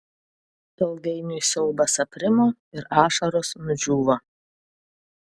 ilgainiui siaubas aprimo ir ašaros nudžiūvo